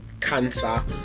cancer